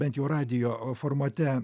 bent jau radijo formate